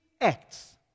acts